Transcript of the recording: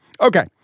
Okay